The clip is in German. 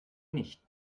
nicht